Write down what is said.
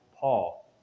Paul